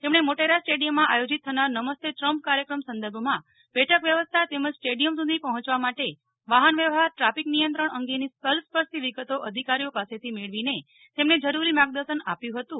તેમણે મોટેરા સ્ટેડિયમમાં આયોજિત થનાર નમસ્તે ટ્રમ્પ કાર્યક્રમ સંદર્ભમાં બેઠક વ્યવસ્થા તેમજ સ્ટેડિયમ સુધી પહોચવા માટે વાહન વ્યવહાર ટ્રાફિક નિયંત્રણ અંગેની તલસ્પર્શી વિગતો અધિકારીઓ પાસેથી મેળવીને તેમને જરૂરી માર્ગદર્શન આપ્યુ હતું